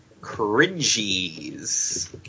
Cringies